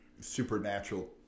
supernatural